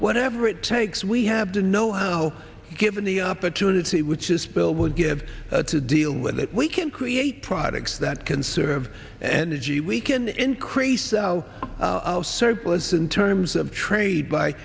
whatever it takes we have to know how given the opportunity which is bill would give to deal with that we can create products that conserve energy we can increase our surplus in terms of trade by